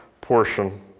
portion